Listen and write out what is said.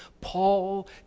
Paul